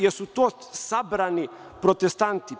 Da li su to sabrani protestanti?